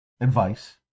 advice